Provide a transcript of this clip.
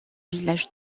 village